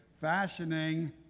fashioning